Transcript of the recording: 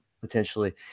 potentially